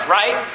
right